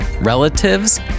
relatives